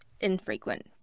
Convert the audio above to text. infrequent